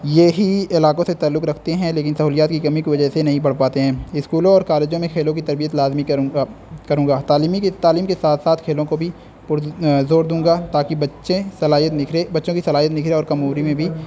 یہی علاقوں سے تعلق رکھتے ہیں لیکن سہولیات کی کمی کی وجہ سے نہیں پڑھ پاتے ہیں اسکولوں اور کالجوں میں کھیلوں کی تربیت لازمی کروں گا کروں گا تعلیمی کی تعلیم کے ساتھ ساتھ کھیلوں کو بھی پرز زور دوں گا تاکہ بچے صلاحیت نکھرے بچوں کی صلاحیت نکھرے اور کم عمری میں بھی